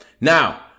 now